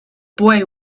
boy